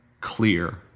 clear